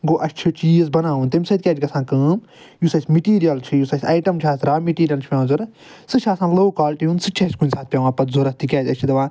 گوٚو اسہِ چھُ چیٖز بَناوُن تَمہِ سۭتۍ کیٛاہ چھِ گَژھان کٲم یُس اسہِ میٚٹیٖریل چھُ یُس اسہِ آیٹَم چھُ اَتھ را میٚٹیٖریل چھُ پیٚوان ضروٗرت سُہ چھُ آسان لوٚو کوالٹی ہُنٛد سُہ تہِ چھُ اسہِ کُنہ ساتہٕ پیٚوان پَتہٕ ضروٗرت تِکیٛازِ أسۍ چھِ دَپان